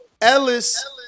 Ellis